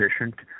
efficient